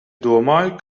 domāju